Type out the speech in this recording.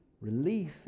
relief